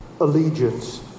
allegiance